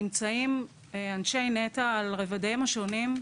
אנשי נת"ע, על רובדיהם השונים,